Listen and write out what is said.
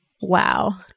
wow